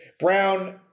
Brown